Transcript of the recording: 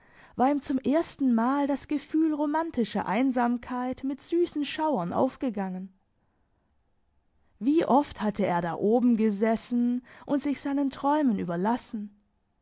war ihm zum ersten mal das gefühl romantischer einsamkeit mit süssen schauern aufgegangen wie oft hatte er da oben gesessen und sich seinen träumen überlassen